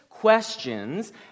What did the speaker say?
Questions